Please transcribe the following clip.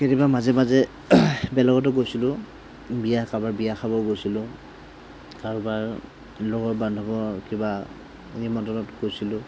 কেতিয়াবা মাজে মাজে বেলেগতো গৈছিলোঁ বিয়া কাৰোবাৰ বিয়া খাব গৈছিলোঁ কাৰোবাৰ লগৰ বান্ধৱৰ কিবা নিমন্ত্ৰণত গৈছিলোঁ